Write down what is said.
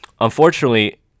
Unfortunately